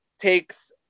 takes